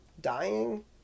dying